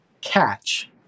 catch